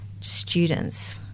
students